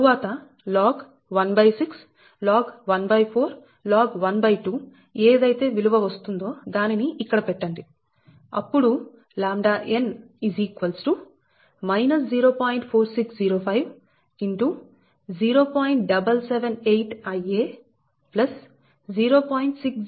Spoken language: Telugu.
తరువాత log 16 log 14 log 12 ఏదైతే విలువ వస్తుందో దానిని ఇక్కడ పెట్టండి అప్పుడు ʎn 0